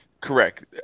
Correct